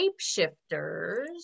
Shapeshifters